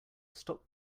stop